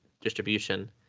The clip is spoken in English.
distribution